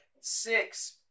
six